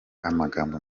amagambo